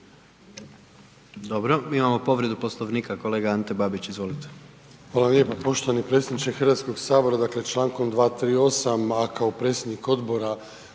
Dobro, imamo povredu Poslovnika kolega Ante Babić. Izvolite.